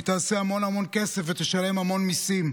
היא תעשה המון המון כסף ותשלם המון מיסים.